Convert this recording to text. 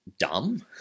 dumb